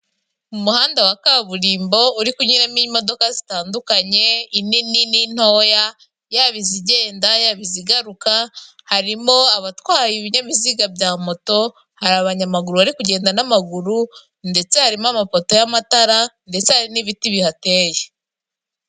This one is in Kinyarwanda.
Umuhanda wa kaburimbo uri kunyuramo imodoka zitandukanye inini n'intoya, yaba izigenda yaba izigaruka, harimo abatwara ibinyabiziga bya moto, hari abanyamaguru bari kugenda n'amaguru, ndetse harimo amapoto y'amatara, ndetse hari n'ibiti bihateye.